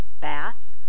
Bath